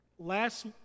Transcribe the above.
Last